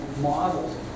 models